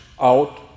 out